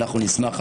אנחנו נשמח.